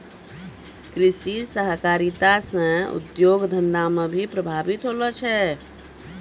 कृषि सहकारिता से उद्योग धंधा भी प्रभावित होलो छै